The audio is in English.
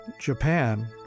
Japan